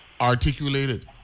articulated